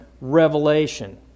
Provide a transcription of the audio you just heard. Revelation